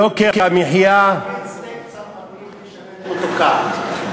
יוקר המחיה, סטייק צרפתי בשמנת מתוקה.